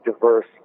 diverse